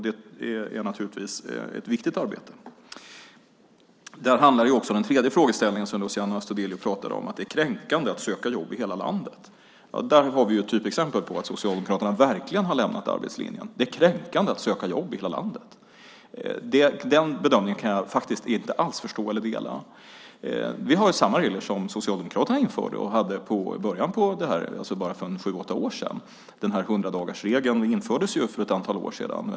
Det är naturligtvis ett viktigt arbete. Detta gäller också Luciano Astudillos tredje frågeställning som handlar om att det är kränkande att söka jobb i hela landet. Där har vi ett typexempel på att Socialdemokraterna verkligen har lämnat arbetslinjen. Det är kränkande att söka jobb i hela landet. Den bedömningen kan jag faktiskt inte alls förstå eller dela. Vi har samma regler som Socialdemokraterna införde och hade för sju åtta år sedan. Hundradagarsregeln infördes för ett antal år sedan.